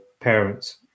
parents